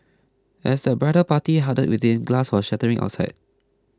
as the bridal party huddled within glass was shattering outside